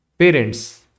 parents